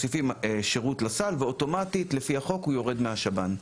מוסיפים שירות לסל ואוטומטית לפי החוק הוא יורד מהשב"ן.